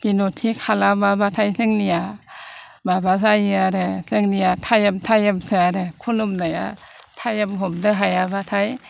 बिनथि खालामाबाथाय जोंनिया माबा जायो आरो जोंनिया टाइम टाइमसो आरो खुलुमनाया टाइम हमनो हायाबाथाय